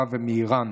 ומאיראן.